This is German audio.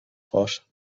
vorstand